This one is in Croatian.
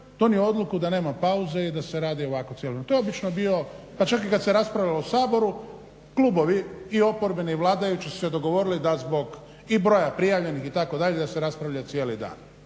donio odluku da nema pauze i da se radi ovako cijeli dan. To je obično bio, pa čak i kad se raspravljalo o Saboru, klubovi i oporbeni i vladajući su se dogovorili da zbog, i broja prijavljenih itd. da se raspravlja cijeli dan.